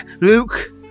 Luke